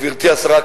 גברתי השרה,